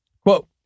Quote